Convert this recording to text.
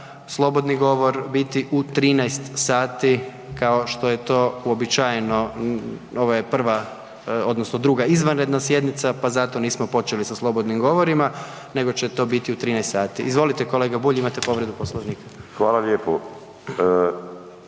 slobodni govor biti u 13,00 sati kao što je to uobičajeno. Ovo je 2. izvanredna sjednica pa zato nismo počeli sa slobodnim govorima nego će to biti u 13,00 sati. Izvolite kolega Bulj, imate povredu Poslovnika. **Bulj,